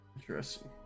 Interesting